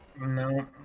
No